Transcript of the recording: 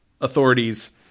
authorities